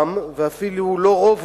ואפילו לא רובם,